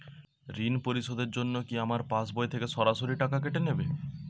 ঋণ পরিশোধের জন্য কি আমার পাশবই থেকে সরাসরি টাকা কেটে নেবে?